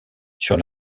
sur